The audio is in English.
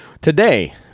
today